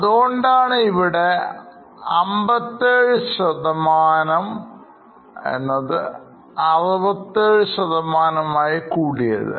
അതുകൊണ്ടാണ് ഇവിടെ 57 63 ശതമാനമായി കൂടിയത്